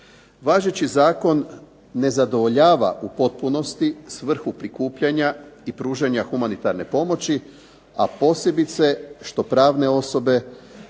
Važeći zakon ne zadovoljava u potpunosti u svrhu prikupljanja i pružanja humanitarne pomoći, a posebice što pravne osobe